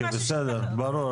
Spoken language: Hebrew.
בסדר, ברור.